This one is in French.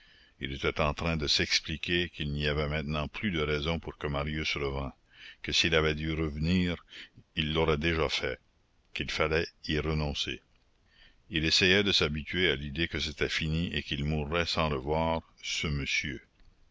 il était en train de s'expliquer qu'il n'y avait maintenant plus de raison pour que marius revînt que s'il avait dû revenir il l'aurait déjà fait qu'il fallait y renoncer il essayait de s'habituer à l'idée que c'était fini et qu'il mourrait sans revoir ce monsieur